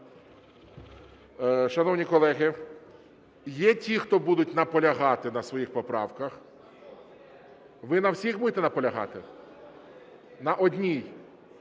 Шановні колеги, є ті, хто будуть наполягати на своїх поправках? (Шум у залі) Ви на всіх будете наполягати? На одній.